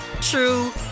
true